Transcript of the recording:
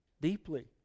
deeply